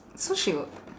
so she would